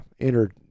entered